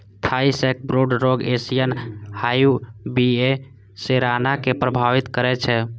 Thai sacbrood रोग Asian hive bee A सेराना कें प्रभावित करै छै